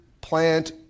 plant